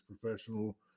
professional